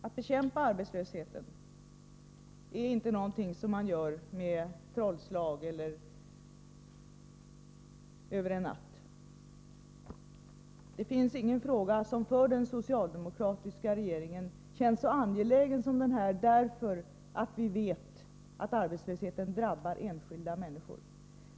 Att bekämpa arbetslösheten är inte någonting som man gör genom ett trollslag eller över en natt. Det finns inte någon fråga som känns så angelägen för den socialdemokratiska regeringen som den här, därför att vi vet att arbetslösheten drabbar enskilda människor.